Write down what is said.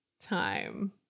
time